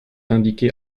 indiquée